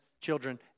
children